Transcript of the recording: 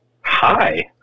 Hi